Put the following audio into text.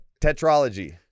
Tetralogy